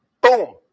Boom